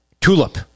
tulip